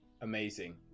amazing